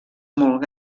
molt